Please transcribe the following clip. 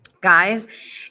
guys